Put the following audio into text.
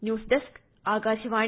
news desk Akashvani